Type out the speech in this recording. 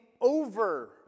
Over